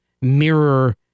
mirror